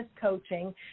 coaching